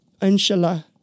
inshallah